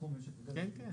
בתחום משק הגז הטבעי.